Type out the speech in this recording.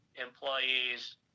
employees